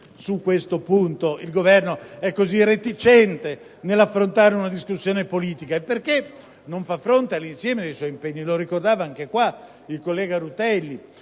mi chiedo perché il Governo è così reticente nell'affrontare una discussione politica e perché non fa fronte all'insieme dei suoi impegni. Lo ricordava il collega Rutelli: